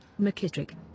McKittrick